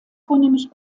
vornehmlich